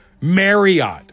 Marriott